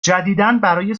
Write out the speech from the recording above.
جدیدابرای